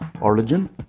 Origin